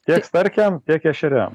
tiek starkiam tiek ešeriam